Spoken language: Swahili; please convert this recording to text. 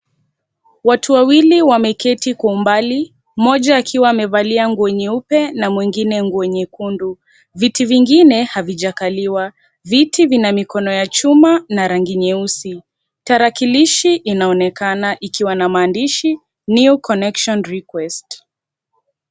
Watu wawili wameketi kwa umbali, mmoja akiwa amevalia nguo nyeupe na mwingine nguo nyekundu, viti vingine havijakaliwa viti vina mikono ya chuma na rangi nyeusi, tarakilishi inaonekana ikiwa na maandishi new connection request .